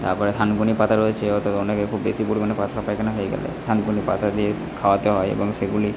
তার পরে থানকুনি পাতা রয়েছে এবার তাদের অনেকের খুব বেশি পরিমাণে পাতলা পায়খানা হয়ে গেলে থানকুনি পাতা দিয়ে স্ খাওয়াতে হয় এবং সেগুলি